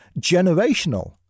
generational